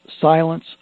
silence